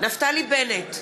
נפתלי בנט,